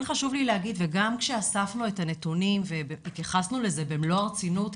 כן חשוב לי להגיד וגם כשאספנו את הנתונים והתייחסנו לזה במלוא הרצינות,